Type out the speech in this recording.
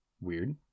Weird